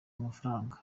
amafaranga